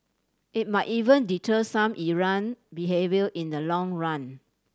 it might even deter some errant behaviour in the long run